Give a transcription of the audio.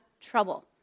trouble